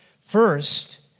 First